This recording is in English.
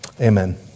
Amen